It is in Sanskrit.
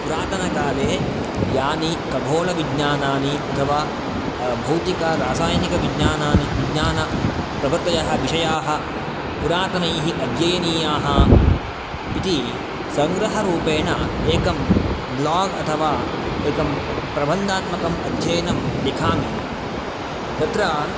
पुरातनकाले यानि खगोलविज्ञानानि अथवा भौतिकरासायनिकविज्ञानप्रभृतयः विषयाः पुरातनैः अध्ययनीयाः इति सङ्ग्रहरूपेण एकं ब्लाग् अथवा एकं प्रबन्धात्मकम् अध्ययनं लिखामि तत्र